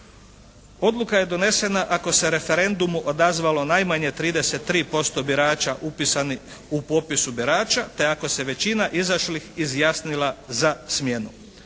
Odluka je donesena ako se referendumu odazvalo najmanje 33% birača upisanih u popisu birača te ako se većina izašlih izjasnila za smjenu.